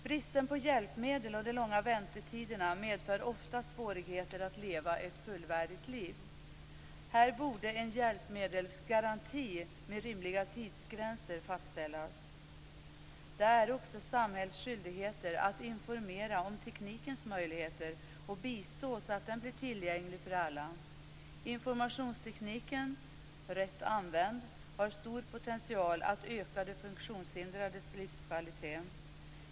Bristen på hjälpmedel och de långa väntetiderna medför oftast svårigheter att leva ett fullvärdigt liv. Här borde en hjälpmedelsgaranti med rimliga tidsgränser fastställas. Det är också samhällets skyldighet att informera om teknikens möjligheter och bistå så att den blir tillgänglig för alla. Informationstekniken - rätt använd - har stor potential att öka de funktionshindrades livskvalitet.